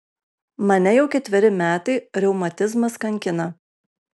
mane jau ketveri metai reumatizmas kankina